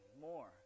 more